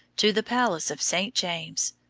to the palace of st. james,